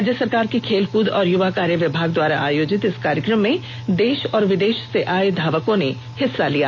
राज्य सरकार के खेलकृद एवं युवा कार्य विभाग द्वारा आयोजित इस कार्यक्रम में देष और विदेष से आए धावकों ने हिस्सा लिया